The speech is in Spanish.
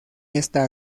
esta